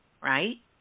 right